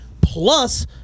plus